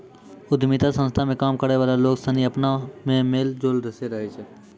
उद्यमिता संस्था मे काम करै वाला लोग सनी अपना मे मेल जोल से रहै छै